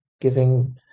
giving